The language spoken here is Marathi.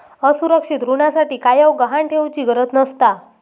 असुरक्षित ऋणासाठी कायव गहाण ठेउचि गरज नसता